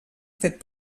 fet